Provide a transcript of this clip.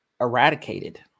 eradicated